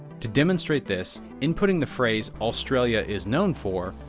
to demonstrate this, inputting the phrase australia is known for.